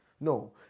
No